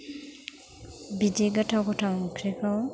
बिदि गोथाव गोथाव गोथाव ओंख्रिखौ